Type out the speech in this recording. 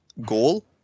goal